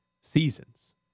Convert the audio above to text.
seasons